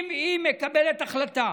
אם היא מקבלת החלטה